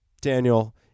Daniel